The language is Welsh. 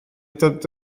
dod